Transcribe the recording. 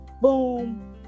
boom